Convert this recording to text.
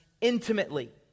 intimately